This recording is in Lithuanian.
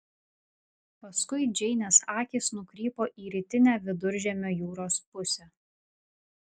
paskui džeinės akys nukrypo į rytinę viduržemio jūros pusę